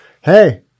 Hey